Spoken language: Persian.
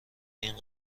این